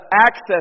access